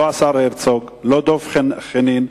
לא השר הרצוג ולא דב חנין,